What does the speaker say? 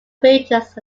rangers